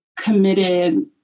committed